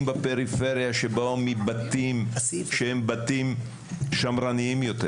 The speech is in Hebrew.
בפריפריה שבאו מבתים שהם בתים שמרניים יותר